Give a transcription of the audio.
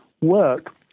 work